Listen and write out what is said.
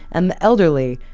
and the elderly,